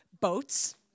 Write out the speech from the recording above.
Boats